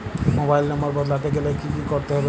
Mobile নম্বর বদলাতে গেলে কি করতে হবে?